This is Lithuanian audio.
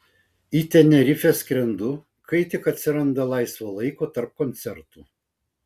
į tenerifę skrendu kai tik atsiranda laisvo laiko tarp koncertų